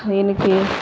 దీనికి